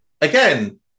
Again